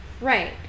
Right